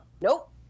Nope